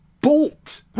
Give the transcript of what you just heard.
bolt